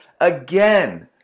again